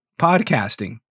podcasting